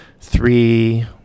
three